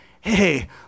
hey